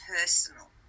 personal